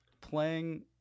playing